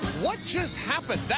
what just happened?